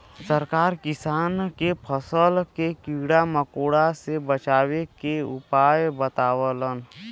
सरकार किसान के फसल के कीड़ा मकोड़ा से बचावे के उपाय बतावलन